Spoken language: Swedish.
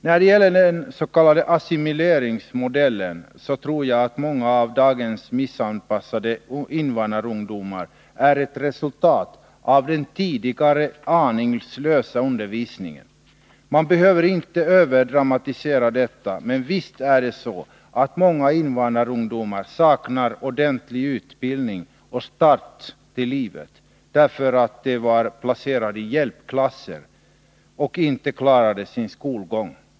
När det gäller den s.k. assimileringsmodellen vill jag framhålla att jag tror att många av dagens missanpassade invandrarungdomar har hamnat där de är som ett resultat av den tidigare aningslösa undervisningen. Man behöver inte överdramatisera detta, men visst är det så att många invandrarungdomar saknar ordentlig utbildning och inte fått en ordentlig start i livet därför att de var placerade i hjälpklasser och inte klarade sin skolgång.